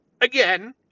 again